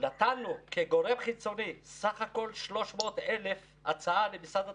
נתנו כגורם חיצוני הצעה למשרד התחבורה,